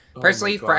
Personally